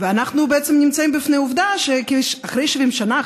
ואנחנו בעצם נמצאים בפני עובדה שאחרי 70 שנה,